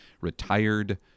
retired